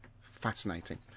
fascinating